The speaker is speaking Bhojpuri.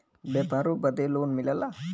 व्यापारों बदे लोन मिलला